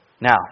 Now